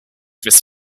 this